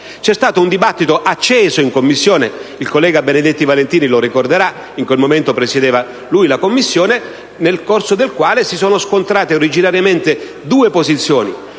C'è stato un dibattito acceso in Commissione - il collega Benedetti Valentini lo ricorderà, poiché in quel momento presiedeva la Commissione - nel corso del quale si sono scontrate originariamente due posizioni: